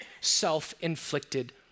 self-inflicted